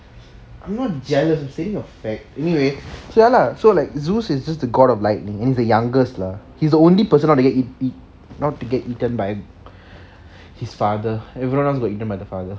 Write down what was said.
I'm not jealous I'm saying a fact so anyway so ya lah so like zeus is just the god of lightning and he is the youngest lah he's the only person not to get not to get eaten by his father everyone else got eaten by the father